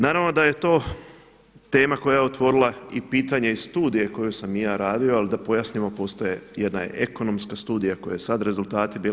Naravno da je to tema koja je otvorila i pitanje i studije koju sam i ja radio, ali da pojasnimo postoje jedna je ekonomska studija koja je sad rezultati bila.